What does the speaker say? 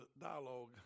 dialogue